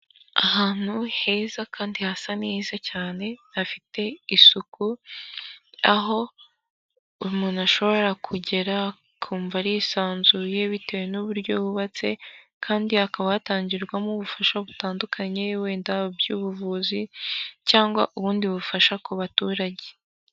Ahantu heza kandi hasa neza cyane, hafite isuku aho umuntu ashobora kugera akumva ari sanzuye, bitewe n'uburyo yubatse kandi hakaba hatangirwamo ubufasha butandukanye wenda bw'ubuvuzi cyangwa ubundi bufasha ku baturage.